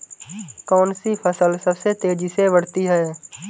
कौनसी फसल सबसे तेज़ी से बढ़ती है?